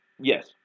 yes